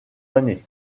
années